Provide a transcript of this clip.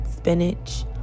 spinach